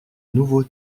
nouveau